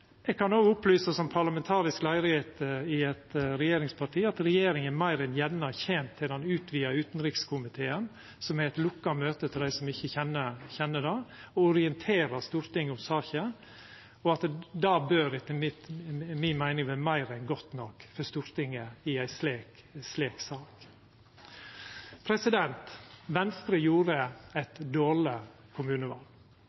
eg òg opplysa om at regjeringa meir enn gjerne kjem til eit møte den utvida utanrikskomiteen, som er eit lukka møte – til dei som ikkje kjenner til det – og orienterer Stortinget om saka, og det bør etter mi meining vera meir enn godt nok for Stortinget i ei slik sak. Venstre gjorde